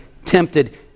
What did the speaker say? Tempted